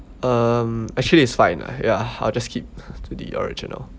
um actually it's fine lah ya I'll just keep to the original